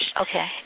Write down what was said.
Okay